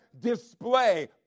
display